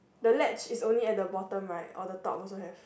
the latch is only at the bottom right or the top also have